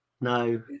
No